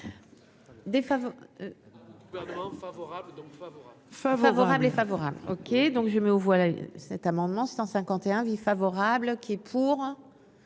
favorable, favorable, favorable. OK, donc je mets aux voix là cet amendement 151 vie favorable qui est pour.